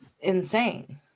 insane